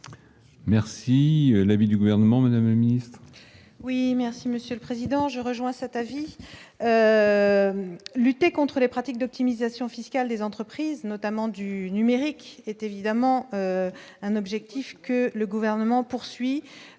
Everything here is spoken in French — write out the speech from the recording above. Merci l'avis du gouvernement, mais la ministre.